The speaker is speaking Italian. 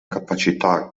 capacità